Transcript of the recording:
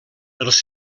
els